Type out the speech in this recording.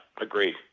agreed